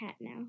now